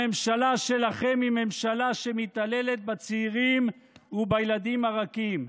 הממשלה שלכם היא ממשלה שמתעללת בצעירים ובילדים הרכים.